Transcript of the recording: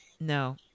no